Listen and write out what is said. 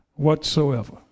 Whatsoever